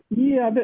yeah, but